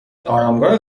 آرامگاه